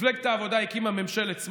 מפלגת העבודה הקימה ממשלת שמאל,